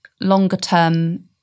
longer-term